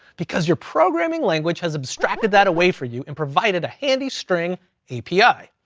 because your programming language has abstracted that away for you, and provided a handy string api.